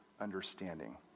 understanding